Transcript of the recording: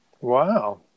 Wow